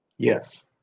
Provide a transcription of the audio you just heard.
Yes